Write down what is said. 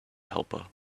helper